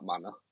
manner